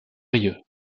brieuc